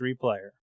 player